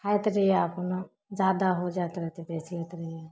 खाइत रहिए अपनो ज्यादा हो जाइत रहै तऽ बेचि लैत रहिए